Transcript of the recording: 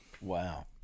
Wow